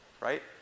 right